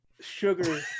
sugar